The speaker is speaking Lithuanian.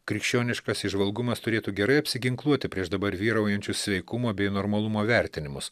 krikščioniškas įžvalgumas turėtų gerai apsiginkluoti prieš dabar vyraujančius sveikumo bei normalumo vertinimus